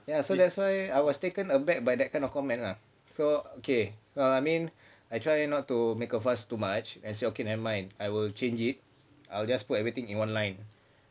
ya so that's why I was taken aback by that kind of comment lah so okay err I mean I try not to make a fuss too much I said okay never mind I will change it I will just put everything in one line